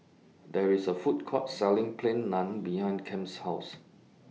There IS A Food Court Selling Plain Naan behind Kem's House